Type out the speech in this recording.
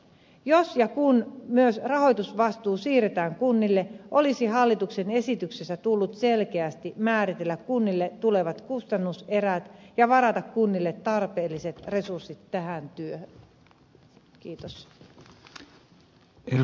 jos ja kun myös rahoitusvastuu siirretään kunnille olisi hallituksen esityksessä tullut selkeästi määritellä kunnille tulevat kustannuserät ja varata kunnille tarpeelliset resurssit tähän työhön